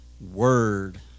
word